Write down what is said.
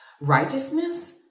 righteousness